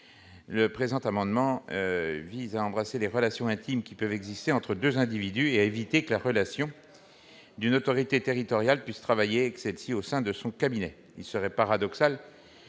Cet amendement vise à embrasser les relations intimes qui peuvent exister entre deux individus et à éviter que la relation d'une autorité territoriale ne puisse travailler avec celle-ci au sein de son cabinet. Il serait paradoxal